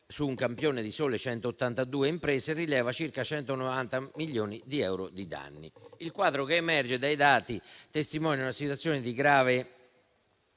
Il quadro che emerge dai dati testimonia una situazione di grave